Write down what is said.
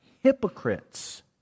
hypocrites